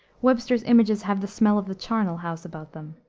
webster's images have the smell of the charnel house about them.